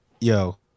Yo